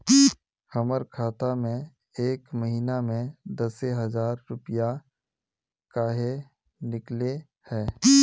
हमर खाता में एक महीना में दसे हजार रुपया काहे निकले है?